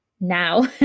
now